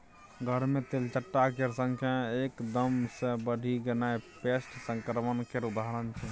घर मे तेलचट्टा केर संख्या एकदम सँ बढ़ि गेनाइ पेस्ट संक्रमण केर उदाहरण छै